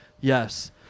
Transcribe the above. yes